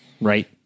right